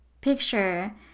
picture